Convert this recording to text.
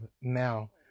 now